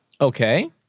Okay